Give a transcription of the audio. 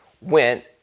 went